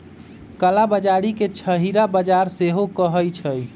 कला बजारी के छहिरा बजार सेहो कहइ छइ